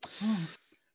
Yes